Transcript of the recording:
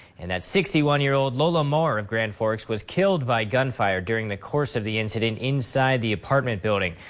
and, that sixty one year old lola moore, of grand forks was killed by gunfire during the course of the incident, inside the apartment building.